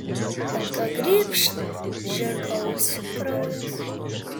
ranka grybšt žirgo ausį kraujas